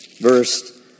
verse